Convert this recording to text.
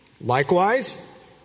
Likewise